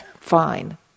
fine